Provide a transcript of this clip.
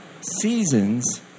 seasons